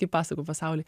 kaip pasakų pasauly